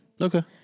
Okay